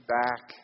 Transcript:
back